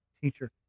teacher